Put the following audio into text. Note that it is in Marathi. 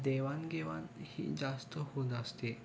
देवाणघेवाण ही जास्त होऊ असते